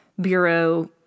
Bureau